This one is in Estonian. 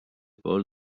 pool